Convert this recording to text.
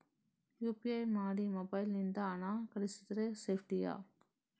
UPI ಮಾಡಿ mobile ನಿಂದ ಹಣ ಕಳಿಸಿದರೆ ಸೇಪ್ಟಿಯಾ?